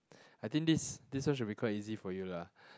I think this this one should be quite easy for you lah